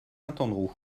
andrew